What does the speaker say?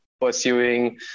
pursuing